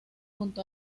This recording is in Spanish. junto